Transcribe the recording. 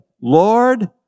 Lord